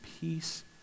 peace